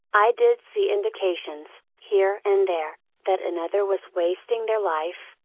i did see indications, here and there, that another was wasting their life,